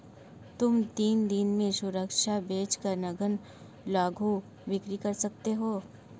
तुम तीन दिनों में सुरक्षा बेच कर नग्न लघु बिक्री कर सकती हो